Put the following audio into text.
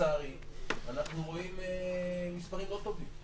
ולצערי אנחנו רואים מספרים לא טובים.